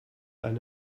eine